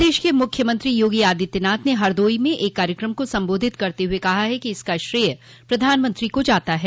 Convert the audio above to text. प्रदेश के मुख्यमंत्री योगी आदित्यनाथ ने हरदोई में एक कार्यक्रम को संबोधित करते हुए कहा है कि इसका श्रेय प्रधानमंत्री को जाता है